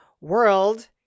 world